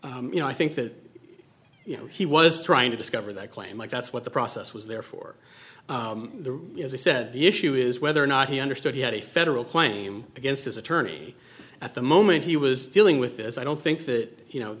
first you know i think that you know he was trying to discover that claim like that's what the process was therefore as i said the issue is whether or not he understood he had a federal claim against his attorney at the moment he was dealing with as i don't think that you know